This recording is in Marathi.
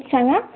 सांगा